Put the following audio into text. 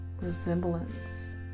resemblance